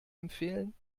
empfehlen